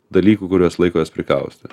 dalykų kuriuos laikas prikaustė